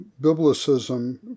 Biblicism